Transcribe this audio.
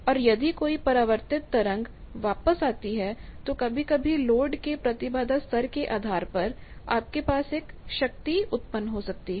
और यदि कोई परावर्तित तरंग वापस आती है तो कभी कभी लोड के प्रतिबाधा स्तर के आधार पर आपके पास एक शक्ति उत्पन्न हो सकती है